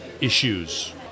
issues